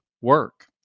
work